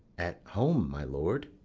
at home, my lord.